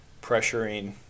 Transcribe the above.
pressuring